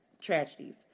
tragedies